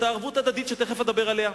אותה ערבות הדדית שתיכף אדבר עליה,